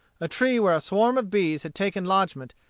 a tree where a swarm of bees had taken lodgment,